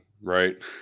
right